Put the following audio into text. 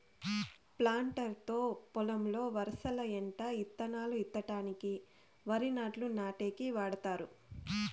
planter తో పొలంలో వరసల ఎంట ఇత్తనాలు ఇత్తడానికి, వరి నాట్లు నాటేకి వాడతారు